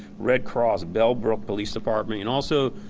red cross, bellbrooke police department and also,